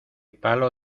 palo